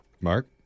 Mark